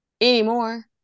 anymore